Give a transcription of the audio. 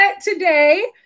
today